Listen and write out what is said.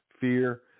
fear